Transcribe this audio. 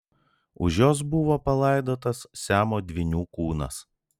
už jos buvo palaidotas siamo dvynių kūnas